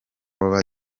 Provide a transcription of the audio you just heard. over